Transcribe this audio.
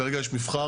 כרגע יש מבחר,